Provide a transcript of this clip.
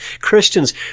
Christians